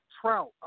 trout